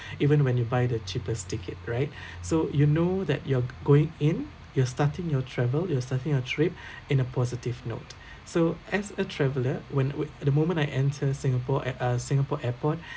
even when you buy the cheapest ticket right so you know that you're going in you're starting your travel you're starting a trip in a positive note so as a traveller when when the moment I enter singapore at uh singapore airport